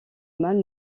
mâle